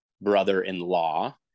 brother-in-law